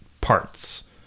parts